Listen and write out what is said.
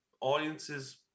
audiences